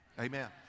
amen